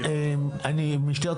הדיון.